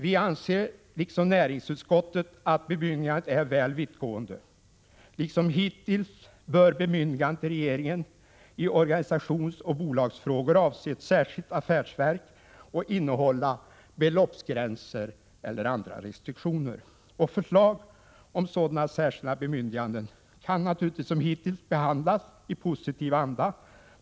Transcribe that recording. Vi anser liksom näringsutskottet att bemyndigandet är väl vittgående. Liksom hittills bör bemyndiganden till regeringen i organisationsfrågor och bolagsfrågor avse särskilt affärsverk och innehålla beloppsgränser eller andra restriktioner. Förslag om sådant bemyndigande kan naturligtvis som hittills behandlas i positiv anda.